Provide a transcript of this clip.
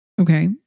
okay